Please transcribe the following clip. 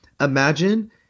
Imagine